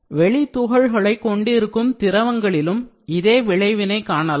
வெளி துகள்களை கொண்டிருக்கும் foreign solid particulate திரவங்களிலும் இதே விளைவினை காணலாம்